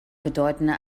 bedeutender